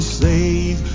save